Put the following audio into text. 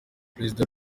perezida